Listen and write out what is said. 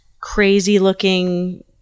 crazy-looking